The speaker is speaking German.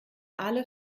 alle